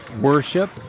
worship